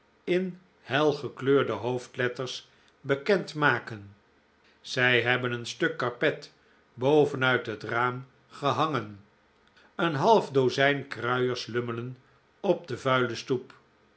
in hel gekleurde hoofdletters bekend maken zij hebben een stuk karpet boven uit het raam gehangen een half dozijn kruiers lummelen op de vuile stoep